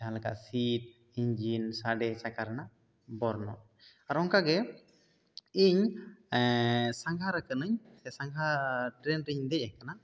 ᱡᱟᱦᱟᱸ ᱞᱮᱠᱟ ᱥᱤᱴ ᱤᱱᱡᱤᱱ ᱥᱟᱰᱮ ᱪᱟᱠᱟ ᱨᱮᱱᱟᱜ ᱵᱚᱨᱱᱚᱱ ᱟᱨ ᱚᱱᱠᱟ ᱜᱮ ᱤᱧ ᱮᱸ ᱥᱟᱸᱜᱷᱟᱨ ᱟᱠᱟᱱᱟᱹᱧ ᱥᱮ ᱥᱟᱸᱜᱷᱟ ᱴᱨᱮᱹᱱ ᱨᱮᱧ ᱫᱮᱡ ᱟᱠᱟᱱᱟᱹᱧ